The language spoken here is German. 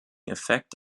effekt